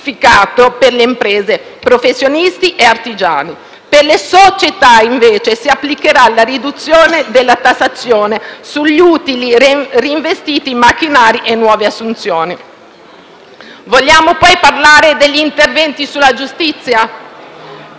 invece, si applicherà la riduzione della tassazione sugli utili reinvestiti in macchinari e nuove assunzioni. Vogliamo poi parlare degli interventi sulla giustizia, quelli che il precedente Governo del PD si è dimenticato di fare, come